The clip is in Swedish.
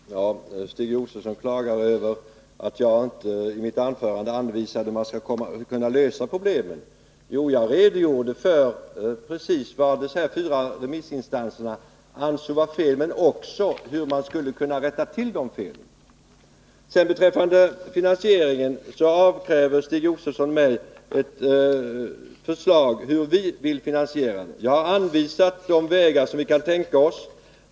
Herr talman! Stig Josefson klagade över att jag inte i mitt anförande anvisade hur man skall kunna lösa problemet. Jo, jag redogjorde för precis vad dessa fyra remissinstanser anser vara fel, men också hur man skulle kunna rätta till de felen. Beträffande finansieringen avkräver Stig Josefson mig ett förslag. Jag har anvisat de vägar vi kan tänka oss.